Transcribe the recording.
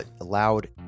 allowed